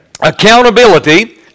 Accountability